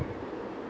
boring ah